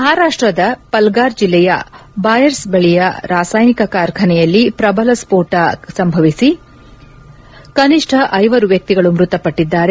ಮಹಾರಾಪ್ಲದ ಪಲ್ಗಾರ್ ಜಿಲ್ಲೆಯ ಬಾಯ್ತರ್ ಬಳಿಯ ರಾಸಾಯನಿಕ ಕಾರ್ಖಾನೆಯಲ್ಲಿ ಪ್ರಬಲ ಸ್ವೋಟ ಸಂಭವಿಸಿ ಕನಿಷ್ಠ ಐವರು ಮ್ಜಕ್ತಿಗಳು ಮೃತಪಟ್ಟದ್ದಾರೆ